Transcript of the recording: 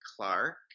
Clark